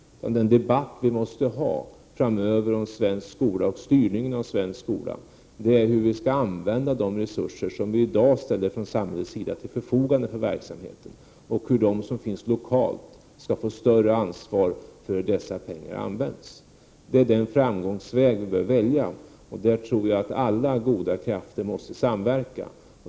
Den debatt som vi måste föra framöver om styrningen av svensk skola gäller hur vi skall använda de resurser vi i dag från samhällets sida ställer till förfogande för verksamheten och hur de personer som arbetar lokalt skall få större ansvar för hur dessa pengar används. Det är den väg vi bör välja, och där tror jag att alla goda krafter måste samverka.